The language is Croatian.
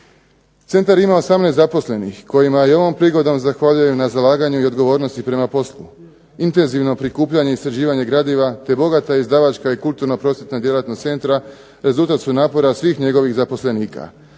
Centar ima 18 zaposlenih kojima i ovom prigodom zahvaljujem na zalaganju i odgovornosti prema poslu. Intenzivno prikupljanje i istraživanje gradiva te bogata izdavačka i kulturna prosvjetna djelatnost centra rezultat su napora svih njegovih zaposlenika.